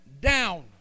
down